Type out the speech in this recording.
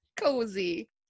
cozy